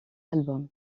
album